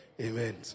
Amen